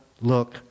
look